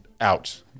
out